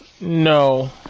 No